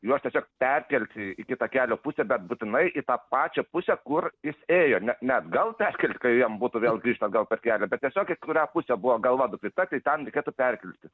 juos tiesiog perkelti į kitą kelio pusę bet būtinai į tą pačią pusę kur jis ėjo ne ne atgal perkelt kad jam būtų vėl grįžt atgal per kelią bet tiesiog į kurią pusę buvo galva nukreipta tai ten reikėtų perkelti